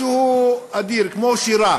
משהו אדיר, כמו שירה.